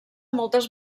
moltes